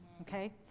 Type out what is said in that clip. okay